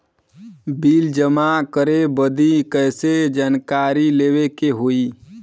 Bill जमा करे बदी कैसे जानकारी लेवे के होई?